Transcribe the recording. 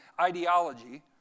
ideology